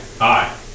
Hi